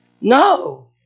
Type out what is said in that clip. no